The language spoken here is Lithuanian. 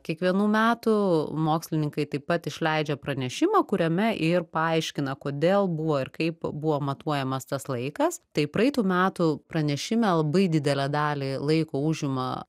kiekvienų metų mokslininkai taip pat išleidžia pranešimą kuriame ir paaiškina kodėl buvo ir kaip buvo matuojamas tas laikas tai praeitų metų pranešime labai didelę dalį laiko užima